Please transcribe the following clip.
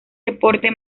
deporte